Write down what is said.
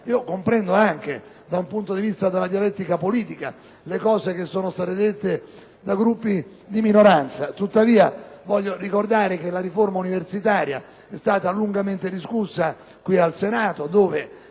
comprendo anche, dal punto di vista della dialettica politica, quanto detto da Gruppi di minoranza. Tuttavia, voglio ricordare che la riforma universitaria è stata lungamente discussa qui al Senato, dove